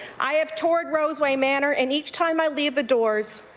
i have toured roseway manor and each time i leave the doors,